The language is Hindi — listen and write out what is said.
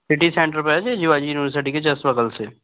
सिटी सेंटर पर है जी जीवाजी यूनिवर्सिटी के जस्ट बग़ल में